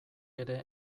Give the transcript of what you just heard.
ere